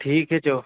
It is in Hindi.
ठीक है जो